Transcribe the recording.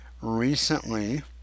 recently